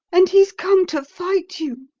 and he's come to fight you.